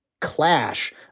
clash